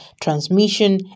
transmission